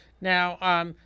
Now